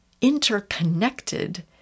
interconnected